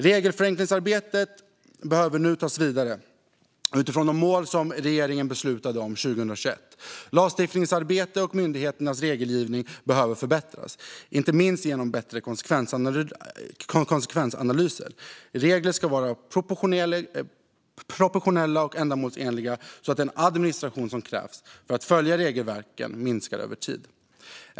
Regelförenklingsarbetet behöver nu tas vidare utifrån de mål som regeringen beslutade om 2021. Lagstiftningsarbete och myndigheternas regelgivning behöver förbättras, inte minst genom bättre konsekvensanalyser. Regler ska vara proportionella och ändamålsenliga så att den administration som krävs för att följa regelverken minskar över tid.